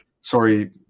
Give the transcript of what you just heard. sorry